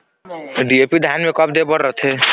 DAP धान मे कब दे बर रथे?